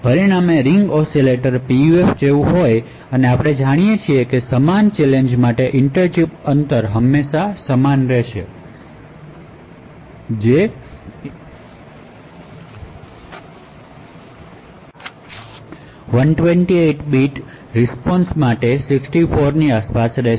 પરિણામો ring oscillator PUF જેવા જ છે આપણે જોઈએ છીએ કે સમાન ચેલેંજ માટે ઇન્ટર ચિપ અંતર સરેરાશ 64 ની આસપાસ છે જે 128 બીટ રીસ્પોન્શ માટે છે